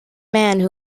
man